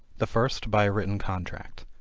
the first by a written contract.